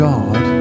God